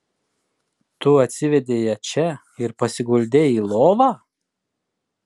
tu atsivedei ją čia ir pasiguldei į lovą